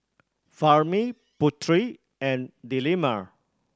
Fahmi Putri and Delima